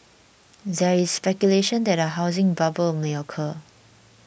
there is speculation that a housing bubble may occur